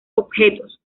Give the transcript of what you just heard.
objetos